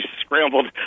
scrambled